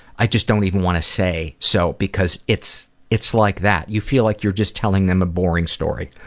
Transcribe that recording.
i just don't even want to say. so, because it's it's like that. you feel like you're just telling them a boring story.